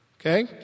Okay